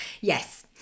Yes